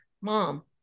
mom